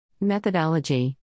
Methodology